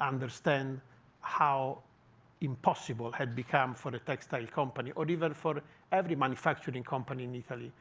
understand how impossible it had become for a textile company, or even for every manufacturing company in italy,